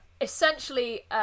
essentially